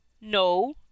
No